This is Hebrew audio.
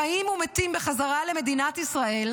חיים ומתים, בחזרה למדינת ישראל.